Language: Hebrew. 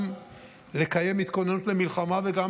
גם לקיים התכוננות למלחמה וגם,